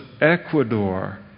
Ecuador